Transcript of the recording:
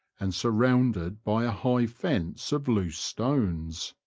and surrounded by a high fence of loose stones.